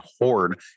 horde